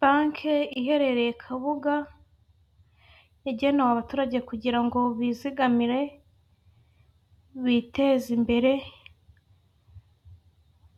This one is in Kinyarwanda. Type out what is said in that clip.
Bank iherereye kabuga yagenewe abaturage kugirango bizigamire biteze imbere